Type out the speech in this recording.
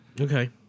Okay